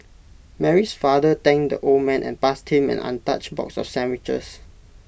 Mary's father thanked the old man and passed him an untouched box of sandwiches